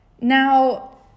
Now